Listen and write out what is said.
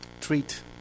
treat